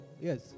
yes